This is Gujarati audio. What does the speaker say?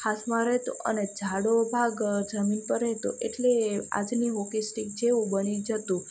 હાથમાં રહેતો અને જાડો ભાગ જમીન પર રહેતો એટલે આજની હોકી સ્ટિક જેવું બની જતું